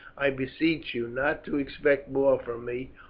i beseech you not to expect more from me,